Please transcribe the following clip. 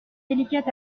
délicate